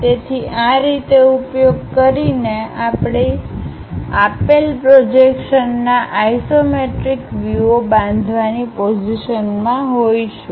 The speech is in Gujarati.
તેથી આ રીતે ઉપયોગ કરીને આપણે આપેલ પ્રોજેક્શન ના આઇસોમેટ્રિક વ્યૂઓ બાંધવાની પોઝિશનમાં હોઈશું